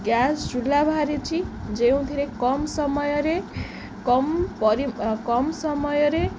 gas ଚୁଲା ବାହାରିଛି ଯେଉଁଥିରେ କମ୍ ସମୟରେ କମ୍ ପରି କମ୍ ସମୟରେ